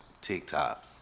TikTok